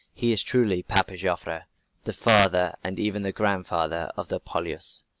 he is truly papa joffre the father and even the grandfather of the poilus.